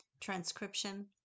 transcription